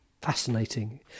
fascinating